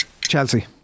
Chelsea